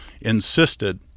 insisted